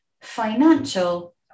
financial